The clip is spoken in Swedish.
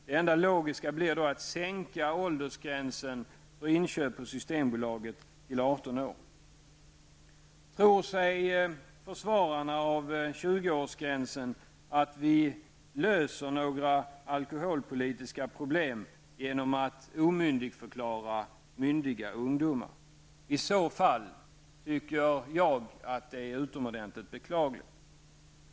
Det enda logiska blir då att sänka åldersgränsen för inköp på årsgränsen att vi löser några alkoholpolitiska problem genom att omyndigförklara myndiga ungdomar? I så fall anser jag att detta är utomordentligt beklagligt.